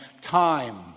time